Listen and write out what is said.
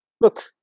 Look